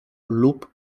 lub